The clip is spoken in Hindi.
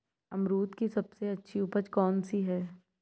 अमरूद की सबसे अच्छी उपज कौन सी है?